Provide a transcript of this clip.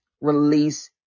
Release